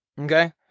Okay